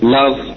love